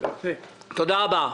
תודה רבה.